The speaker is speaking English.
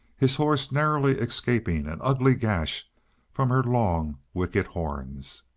his horse narrowly escaping an ugly gash from her long, wicked horns.